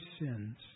sins